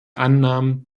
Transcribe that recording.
annahmen